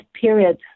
period